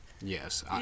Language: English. yes